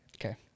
Okay